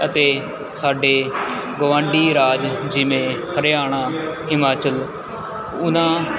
ਅਤੇ ਸਾਡੇ ਗਵਾਂਢੀ ਰਾਜ ਜਿਵੇਂ ਹਰਿਆਣਾ ਹਿਮਾਚਲ ਉਹਨਾਂ